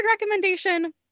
recommendation